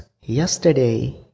yesterday